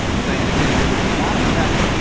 as i indicated if we want to check,